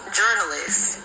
journalists